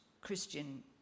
Christian